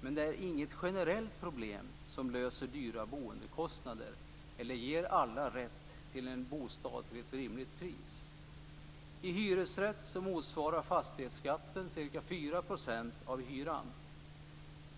men det är inget generellt problem, vars lösande lindrar dyra boendekostnader eller ger alla rätt till en bostad till ett rimligt pris. I hyresrätt motsvarar fastighetsskatten ca 4 % av hyran.